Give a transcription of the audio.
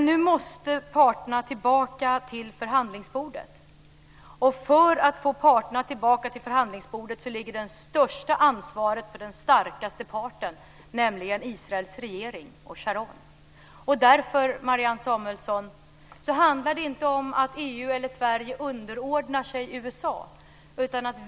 Nu måste parterna tillbaka till förhandlingsbordet. För att få parterna tillbaka till förhandlingsbordet ligger det största ansvaret på den starkaste parten, nämligen Israels regering och Sharon. Därför, Marianne Samuelsson, handlar det inte om att EU eller Sverige underordnar sig USA.